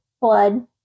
blood